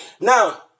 Now